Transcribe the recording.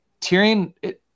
Tyrion